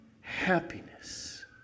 happiness